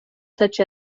such